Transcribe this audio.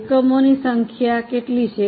એકમોની સંખ્યા કેટલી છે